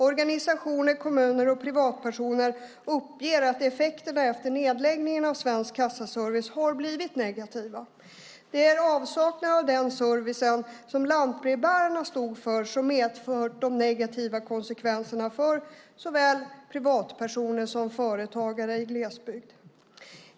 Organisationer, kommuner och privatpersoner uppger att effekterna efter nedläggningen av Svensk Kassaservice har blivit negativa. Det är avsaknaden av den service som lantbrevbärarna stod för som medfört de negativa konsekvenserna för såväl privatpersoner som företagare i glesbygd.